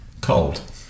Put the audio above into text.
cold